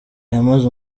yamaze